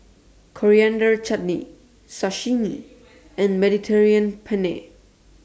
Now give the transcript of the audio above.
Coriander Chutney Sashimi and Mediterranean Penne